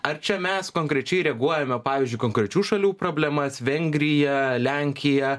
ar čia mes konkrečiai reaguojame pavyzdžiui konkrečių šalių problemas vengrija lenkija